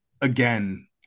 again